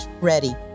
ready